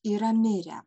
yra mirę